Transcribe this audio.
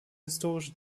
historische